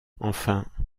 enfin